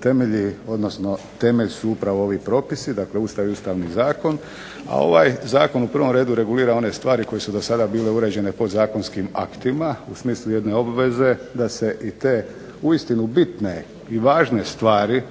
temelji, odnosno temelj su upravo ovi propisi, dakle Ustav i Ustavni zakon, a ovaj zakon u prvom redu regulira one stvari koje su dosada bile uređene podzakonskim aktima u smislu jedne obveze da se i te uistinu bitne i važne stvari